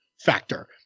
factor